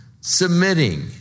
Submitting